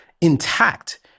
intact